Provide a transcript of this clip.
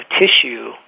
tissue